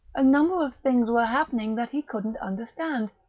a number of things were happening that he couldn't understand.